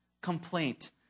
complaint